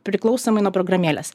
priklausomai nuo programėlės